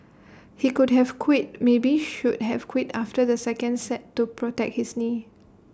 he could have quit maybe should have quit after the second set to protect his knee